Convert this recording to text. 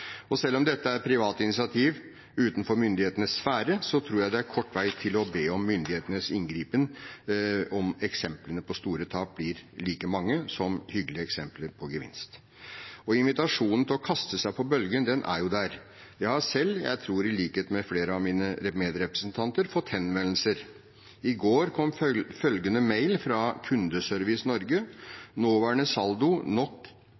Selv om dette er et privat initiativ utenfor myndighetenes sfære, tror jeg det er kort vei til å be om myndighetenes inngripen om eksemplene på store tap blir like mange som hyggelige eksempler på gevinst. Invitasjonen til å kaste seg på bølgen er jo der. Jeg har selv, jeg tror i likhet med flere av mine medrepresentanter, fått henvendelser. I går kom følgende mail fra kundeservice, Norge: «Nåværende saldo: NOK